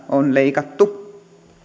on leikattu kaikista